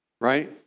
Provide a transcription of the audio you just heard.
right